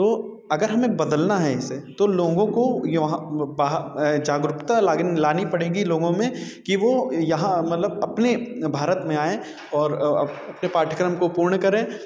तो अगर हमें बदलना है इसे तो लोगों को जागरूकता लाग लानी पड़ेगी लोगों में कि वो यहाँ मतलब अपने भारत में आएँ और अपने पाठ्यक्रम को पूर्ण करें